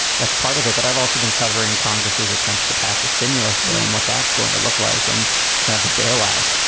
that's part of it. but i've also been covering congress's attempts to pass a stimulus bill and what that's going to look like and kind of the bailout,